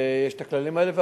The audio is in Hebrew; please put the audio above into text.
ויש הכללים האלה.